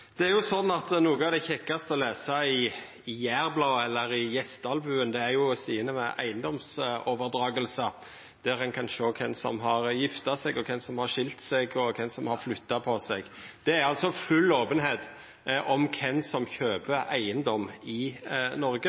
er, uten å måtte granske gjennom flere ting. Presidenten må påpeika at Bollestad ikkje må seia «du» til Pollestad. Noko av det kjekkaste å lesa i Jærbladet eller i Gjesdalbuen, er sidene med eigedomsoverdragingar, der ein kan sjå kven som har gifta seg, kven som har skilt seg, og kven som har flytta på seg – altså full openheit om kven som kjøper eigedom i Noreg.